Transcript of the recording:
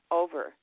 over